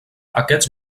aquests